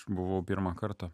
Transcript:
buvau pirmą kartą